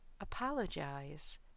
Apologize